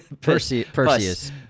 Perseus